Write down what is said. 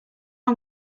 i’m